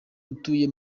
atuye